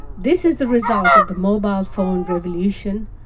this is the result of the mobile phone revolution,